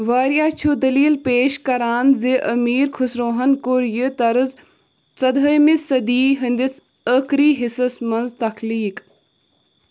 واریاہ چھِ دٔلیٖل پیش کَران زِ أمیٖر خُسروہن کوٚر یہِ طرٕز ژۄدہِمہِ صٔدی ہِنٛدِس ٲخری حِصس منٛز تخلیٖق